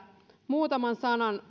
muutaman sanan